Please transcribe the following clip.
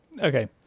Okay